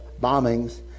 bombings